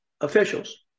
officials